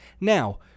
Now